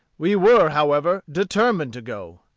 we were, however, determined to go.